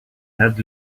add